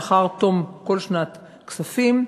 לאחר תום כל שנת כספים,